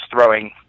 throwing